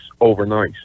overnight